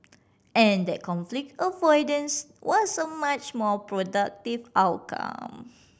and that conflict avoidance was a much more productive outcome